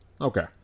Okay